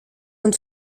und